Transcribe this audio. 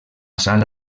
sala